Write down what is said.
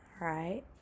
right